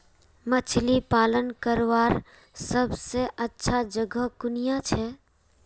मछली पालन करवार सबसे अच्छा जगह कुनियाँ छे?